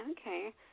Okay